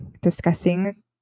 discussing